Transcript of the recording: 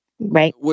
right